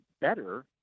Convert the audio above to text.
better